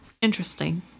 interesting